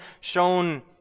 shown